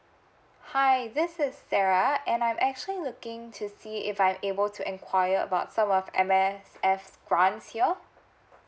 hi this is sarah and I'm actually looking to see if I able to inquire about some of M_S_F grants here